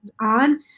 on